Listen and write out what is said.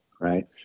right